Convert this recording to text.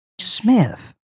Smith